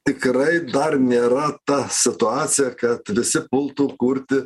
tikrai dar nėra ta situacija kad visi pultų kurti